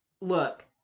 Look